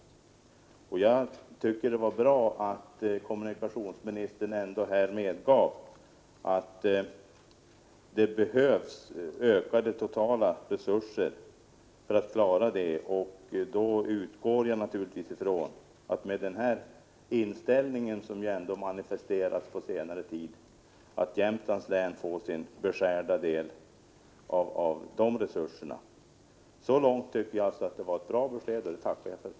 Jag tycker att det var bra att kommunikationsministern medgav att det behövs ökade totala resurser för att klara detta. Jag utgår naturligtvis ifrån att Jämtlands län, med tanke på den inställning som har manifesterats på senare tid, får sin beskärda del av de resurserna. Så långt tycker jag att det var ett bra besked, och det tackar jag för.